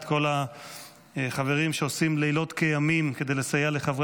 את כל החברים שעושים לילות כימים כדי לסייע לחברי